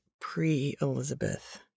pre-Elizabeth